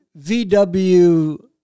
VW